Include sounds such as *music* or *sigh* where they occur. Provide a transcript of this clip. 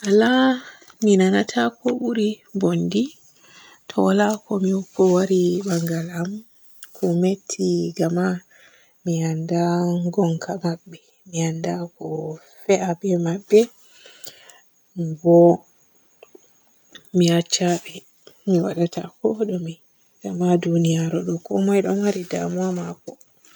*noise* Waala mi nanata ko buri bonndi to waala ko mi hokko mo waari baangal am. Ko metti gama mi annda gonka mabbe, mi annda ko fe'a be mabbe. Bo mi acca be mi waadata kooɗume himɓe maa duniyaru ɗo komay ɗo maari damuwa maako.